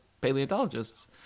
paleontologists